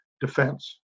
defense